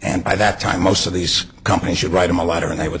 and by that time most of these companies should write him a letter and i would